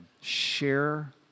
share